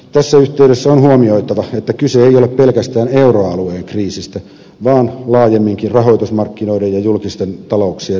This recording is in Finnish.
tässä yhteydessä on huomioitava että kyse ei ole pelkästään euroalueen kriisistä vaan laajemminkin rahoitusmarkkinoiden ja julkisten talouksien ongelmista